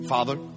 Father